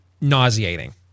nauseating